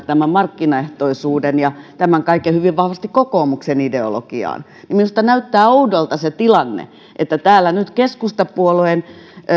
tämän markkinaehtoisuuden ja tämän kaiken hyvin vahvasti kokoomuksen ideologiaan minusta näyttää oudolta se tilanne että täällä nyt keskustapuolueen